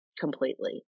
completely